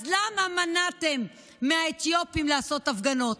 אז למה מנעתם מהאתיופים לעשות הפגנות?